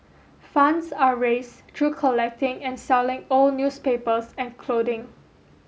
funds are raised through collecting and selling old newspapers and clothing